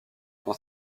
dans